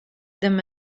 them